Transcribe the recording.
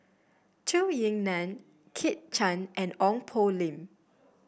Zhou Ying Nan Kit Chan and Ong Poh Lim